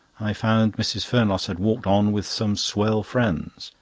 i found mrs. fernlosse had walked on with some swell friends,